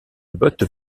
botte